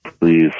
please